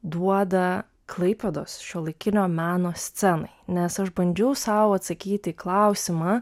duoda klaipėdos šiuolaikinio meno scenai nes aš bandžiau sau atsakyti į klausimą